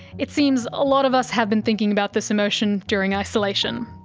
it seems a lot of us have been thinking about this emotion during isolation.